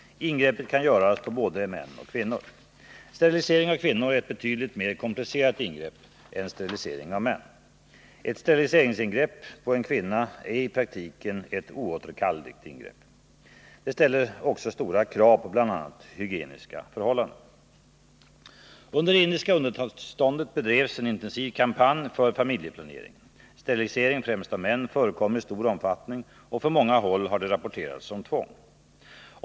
Ingreppet kan göras på både kvinnor och män. Sterilisering av kvinnor är ett betydligt mer komplicerat ingrepp än sterilisering av män. Ett steriliseringsingrepp på en kvinna är i praktiken ett oåterkalleligt ingrepp. Det ställer också stora krav på bl.a. de hygieniska förhållandena. Under det indiska undantagstillståndet bedrevs en intensiv kampanj för familjeplanering. Sterilisering — främst av män — förekom i stor omfattning, och från många håll har det rapporterats om tvång.